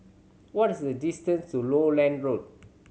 what is the distance to Lowland Road